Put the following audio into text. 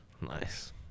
Nice